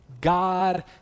God